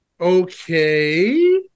Okay